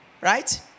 right